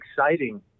exciting